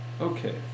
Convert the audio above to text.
Okay